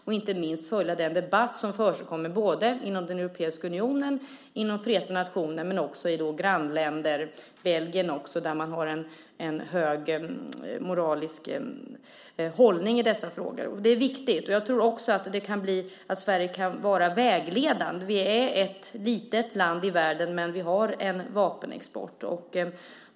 Inte minst bör han följa den debatt som försiggår inom den europeiska unionen och inom Förena nationerna, men också i grannländer och även Belgien, där man har en hög moralisk hållning i dessa frågor. Det är viktigt. Jag tror också att Sverige kan vara vägledande. Vi är ett litet land i världen, men vi har en vapenexport.